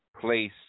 place